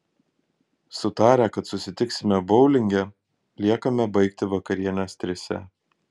sutarę kad susitiksime boulinge liekame baigti vakarienės trise